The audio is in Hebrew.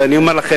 ואני אומר לכם,